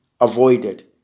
avoided